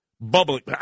bubbling